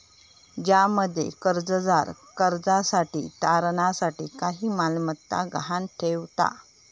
ज्यामध्ये कर्जदार कर्जासाठी तारणा साठी काही मालमत्ता गहाण ठेवता